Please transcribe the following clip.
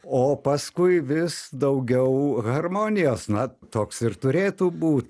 o paskui vis daugiau harmonijos na toks ir turėtų būt